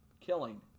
killing